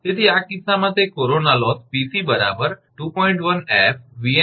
તેથી આ કિસ્સામાં તે કોરોના લોસ 𝑃𝑐 2